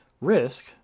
risk